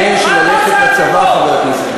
מפני שללכת, זה חוק שלכם, מה אתה עושה הצגות?